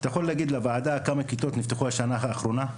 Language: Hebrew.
אתה יכול להגיד לוועדה כמה כיתות נפתחו בשנה האחרונה?